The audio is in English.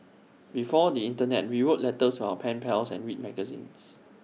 before the Internet we wrote letters to our pen pals and read magazines